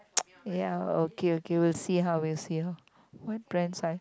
ya okay okay will see how will see what brands i